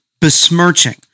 besmirching